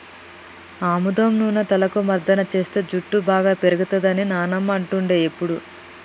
ఆముదం నూనె తలకు మర్దన చేస్తే జుట్టు బాగా పేరుతది అని నానమ్మ అంటుండే ఎప్పుడు